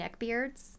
neckbeards